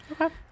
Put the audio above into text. Okay